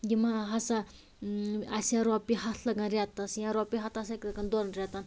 یِمن ہَسا آسہِ ہا رۄپیہِ ہَتھ لگان ریٚتس یا رۄپیہِ ہتھ آسہِ ہاکھ لگان دۄن ریٚتن